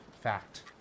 fact